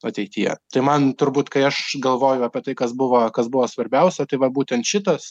ateityje tai man turbūt kai aš galvoju apie tai kas buvo kas buvo svarbiausia tai va būtent šitas